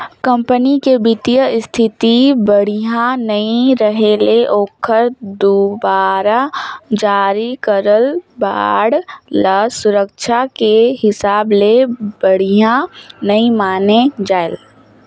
company के बित्तीय इस्थिति बड़िहा नइ रहें ले ओखर दुवारा जारी करल बांड ल सुरक्छा के हिसाब ले बढ़िया नइ माने जाए